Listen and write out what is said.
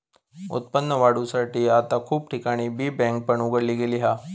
उत्पन्न वाढवुसाठी आता खूप ठिकाणी बी बँक पण उघडली गेली हा